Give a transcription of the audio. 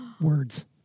words